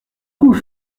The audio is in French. vous